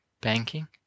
banking